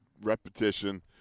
repetition